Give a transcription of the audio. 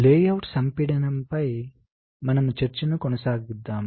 layout సంపీడనంపై మన చర్చను కొనసాగిద్దాం